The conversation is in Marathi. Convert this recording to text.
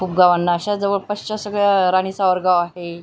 खूप गावांना अशा जवळपासच्या सगळ्या राणीचा वरगाव आहे